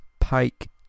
Pike